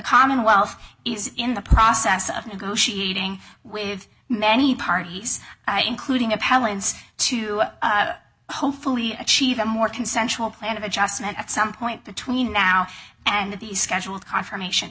commonwealth is in the process of negotiating with many parties including appellants to hopefully achieve a more consensual plan of adjustment at some point between now and the scheduled confirmation